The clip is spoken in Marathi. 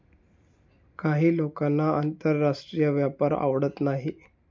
काही लोकांना आंतरराष्ट्रीय व्यापार आवडत नाही